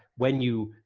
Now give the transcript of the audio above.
when you